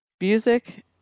music